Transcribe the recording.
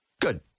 Good